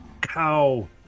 Cow